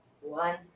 One